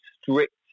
strict